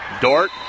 Dort